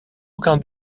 aucun